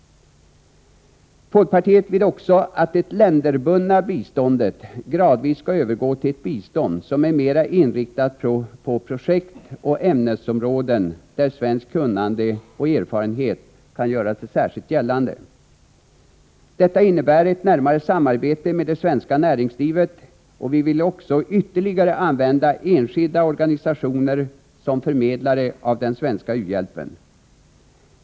Folkpartiet vill också att det länderbundna biståndet gradvis skall övergå till ett bistånd som är mer inriktat än nu på projekt och ämnesområden där svenskt kunnande och erfarenhet kan göra sig särskilt gällande. Detta innebär ett närmare samarbete med det svenska näringslivet och vi vill också ytterligare använda enskilda organisationer som förmedlare av den svenska u-hjälpen.